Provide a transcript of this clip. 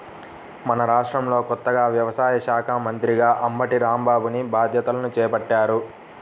మన రాష్ట్రంలో కొత్తగా వ్యవసాయ శాఖా మంత్రిగా అంబటి రాంబాబుని బాధ్యతలను చేపట్టారు